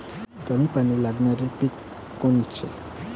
कमी पानी लागनारं पिक कोनचं?